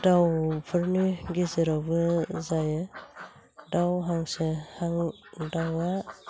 दाउफोरनि गेजेरावबो जायो दाउ हांसो दाउआ